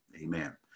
amen